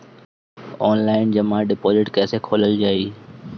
Online जमा deposit कैसे खोलल जाइ?